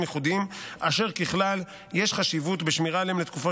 ייחודיים אשר ככלל יש חשיבות בשמירה עליהם לתקופות